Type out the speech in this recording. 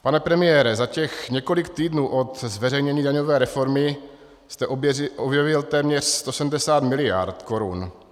Pane premiére, za těch několik týdnů od zveřejnění daňové reformy jste objevil téměř 170 miliard korun.